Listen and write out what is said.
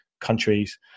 countries